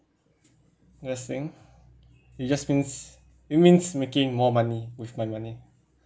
investing it just means it means making more money with my money